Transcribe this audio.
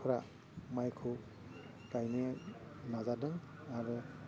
फ्रा माइखौ गायनो नाजादों आरो